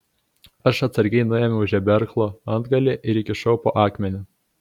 aš atsargiai nuėmiau žeberklo antgalį ir įkišau po akmeniu